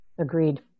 Agreed